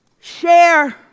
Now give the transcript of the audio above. Share